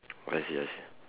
I see I see